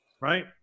Right